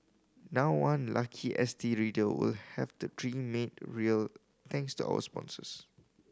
now one lucky S T reader will have that dream made real thanks to our sponsors